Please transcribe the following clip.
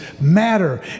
matter